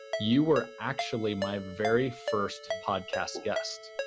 you were actually my very first podcast guest,